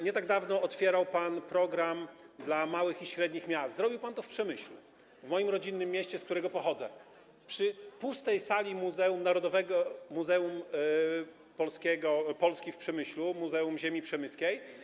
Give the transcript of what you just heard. Nie tak dawno otwierał pan program dla małych i średnich miast - zrobił pan to w Przemyślu, w moim rodzinnym mieście, z którego pochodzę - w pustej sali muzeum narodowego, muzeum polskiego, Polski w Przemyślu, muzeum ziemi przemyskiej.